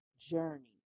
journey